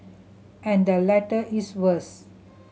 and the latter is worse